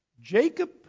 Jacob